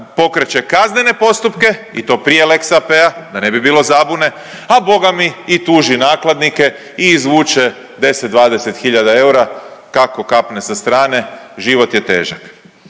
pokreće kaznene postupke i to prije lex AP-a da ne bi bilo zabune, a bogami i tuži nakladnike i izvuče 10, 20 hiljada eura kako kapne sa strane, život je težak.